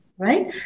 right